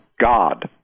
God